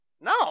No